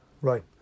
Right